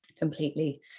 completely